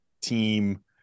team